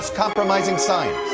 compromising signs,